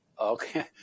Okay